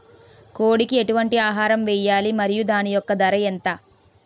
కోడి కి ఎటువంటి ఆహారం వేయాలి? మరియు దాని యెక్క ధర ఎంత?